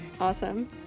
Awesome